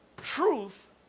truth